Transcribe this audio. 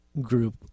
group